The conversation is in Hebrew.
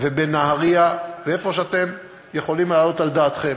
ובנהריה ואיפה שאתם יכולים להעלות על דעתכם.